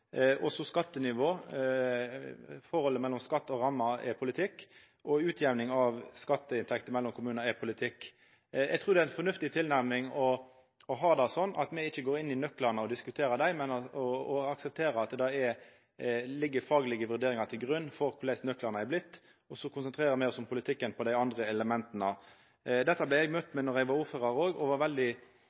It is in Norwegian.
og skattenivå. Forholdet mellom skatt og rammer er politikk, og utjamninga av skatteinntekter i kommunane er politikk. Eg trur det er ei fornuftig tilnærming å ha det slik at me ikkje går inn på nøklane og diskuterer dei, at ein aksepterer at det ligg faglege vurderingar til grunn for korleis nøklane har blitt, og så konsentrerer me oss om politikken når det gjeld dei andre elementa. Dette vart eg møtt med då eg var ordførar. Ein var veldig